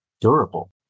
durable